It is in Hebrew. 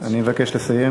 אני מבקש לסיים.